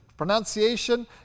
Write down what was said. Pronunciation